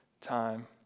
time